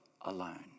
alone